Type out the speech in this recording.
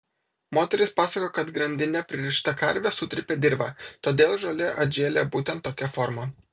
moteris pasakojo kad grandine pririšta karvė sutrypė dirvą todėl žolė atžėlė būtent tokia forma